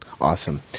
awesome